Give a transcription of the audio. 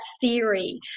theory